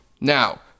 Now